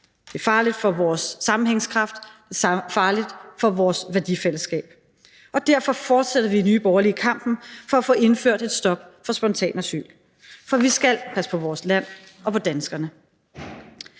Det er farligt for vores sammenhængskraft, det er farligt for vores værdifællesskab, og derfor fortsætter vi i Nye Borgerlige kampen for at få indført et stop for spontant asyl, for vi skal passe på vores land og på danskerne.